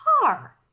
car